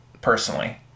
personally